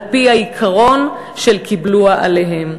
על-פי העיקרון של "קיבלוה עליהם".